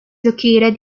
located